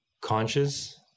conscious